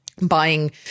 buying